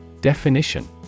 Definition